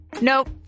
Nope